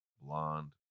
Blonde